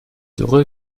dürre